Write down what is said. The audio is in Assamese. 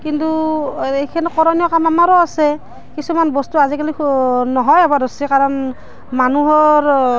কিন্তু এইখেন কৰণীয় কাম আমাৰো আছে কিছুমান বস্তু আজিকালি সু নোহোৱাই হ'ব ধৰিছে কাৰণ মানুহৰ অঁ